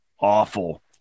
awful